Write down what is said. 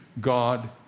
God